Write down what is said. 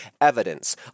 evidence